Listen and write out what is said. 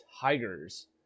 Tigers